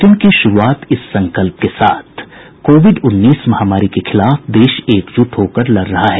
bulletin की शुरूआत इस संकल्प के साथ कोविड उन्नीस महामारी के खिलाफ देश एकजुट होकर लड़ रहा है